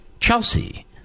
Chelsea